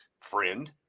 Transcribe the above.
friend